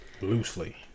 loosely